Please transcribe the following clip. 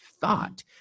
thought